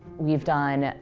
we have done,